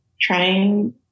trying